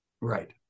right